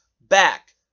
back